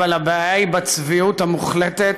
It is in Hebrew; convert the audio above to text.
אבל הבעיה היא בצביעות המוחלטת